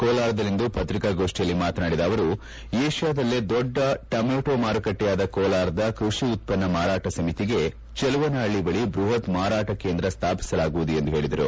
ಕೋಲಾರದಲ್ಲಿಂದು ಪತ್ರಿಕಾಗೋಷ್ಠಿಯಲ್ಲಿ ಮಾತನಾಡಿದ ಅವರು ಏಷ್ಠಾದಲ್ಲೇ ದೊಡ್ಡ ಟೊಮಾಟೊ ಮಾರುಕಟ್ಸೆಯಾದ ಕೋಲಾರದ ಕೈಷಿ ಉತ್ತನ್ನ ಮಾರಾಟ ಸಮಿತಿಗೆ ಚೆಲುವನಹಳ್ಳಿ ಬಳಿ ಬೃಹತ್ ಮಾರಾಟ ಕೇಂದ್ರ ಸ್ಥಾಪಿಸಲಾಗುವುದು ಎಂದು ಹೇಳಿದರು